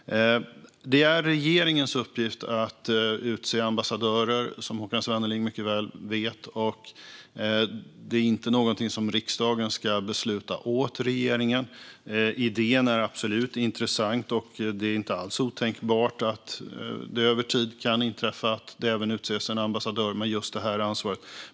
Det är regeringens uppgift att utse ambassadörer, som Håkan Svenneling mycket väl vet. Det är inte någonting som riksdagen ska besluta åt regeringen. Idén är absolut intressant, och det är inte alls otänkbart att det över tid kan inträffa att det även utses en ambassadör med just detta ansvar.